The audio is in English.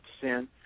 sin